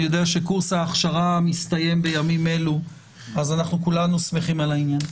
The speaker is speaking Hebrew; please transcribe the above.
אני יודע שקורס ההכשרה מסתיים בימים אלו אז כולנו שמחים על העניין.